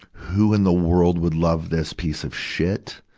who in the world would love this piece of shit?